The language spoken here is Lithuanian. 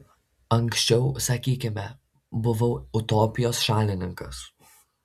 anksčiau sakykime buvau utopijos šalininkas